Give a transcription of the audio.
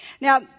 Now